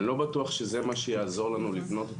אני לא בטוח שזה מה שיעזור לנו לבנות את